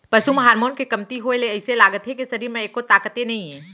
पसू म हारमोन के कमती होए ले अइसे लागथे के सरीर म एक्को ताकते नइये